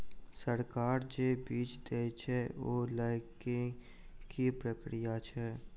सरकार जे बीज देय छै ओ लय केँ की प्रक्रिया छै?